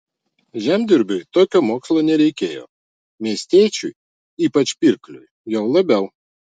žemdirbiui tokio mokslo nereikėjo miestiečiui ypač pirkliui jau labiau